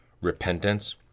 Repentance